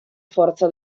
forza